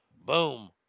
Boom